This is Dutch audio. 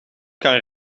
kan